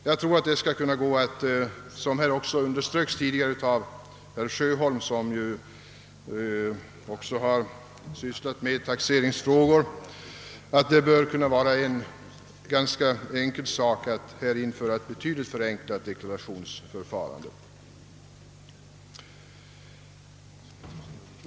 Jag tror att det skulle vara möjligt — vilket framhölls tidigare av herr Sjöholm som ju sysslar med taxeringsfrågor — att i varje fall införa ett betydligt förenklat deklarationsförfarande.